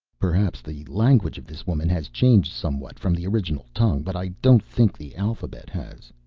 perhaps the language of this woman has changed somewhat from the original tongue, but i don't think the alphabet has.